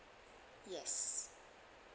yes